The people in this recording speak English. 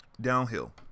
downhill